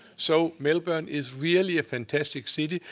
so melbourne is really a fantastic city.